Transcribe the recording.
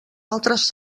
altres